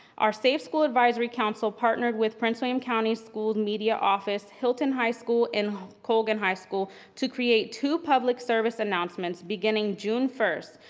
our safe school advisory council partnered with prince william county schools media office, hilton high school, and colgan high school to create two public service announcements beginning june first.